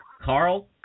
Carl